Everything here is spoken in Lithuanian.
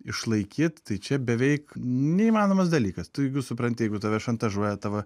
išlaikyt tai čia beveik neįmanomas dalykas tu jeigu supranti jeigu tave šantažuoja tavo